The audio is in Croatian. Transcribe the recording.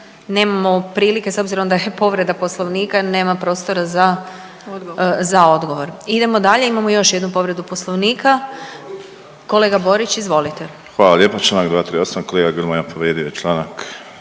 nemamo prilike s obzirom da je povreda Poslovnika nema prostora za, za odgovor. Idemo dalje, imamo još jednu povredu Poslovnika. Kolega Borić, izvolite. **Borić, Josip (HDZ)** Hvala lijepa. Članak 238., kolega Grmoja povrijedio je članak